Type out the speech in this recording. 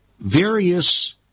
various